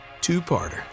two-parter